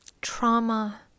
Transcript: trauma